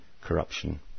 corruption